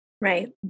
Right